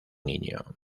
niño